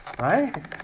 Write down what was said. Right